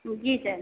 जी sir